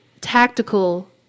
tactical